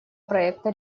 проекта